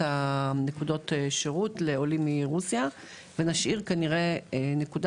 הנקודות שירות לעולים מרוסיה ונשאיר כנראה נקודה